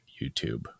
YouTube